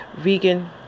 vegan